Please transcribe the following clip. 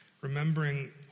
remembering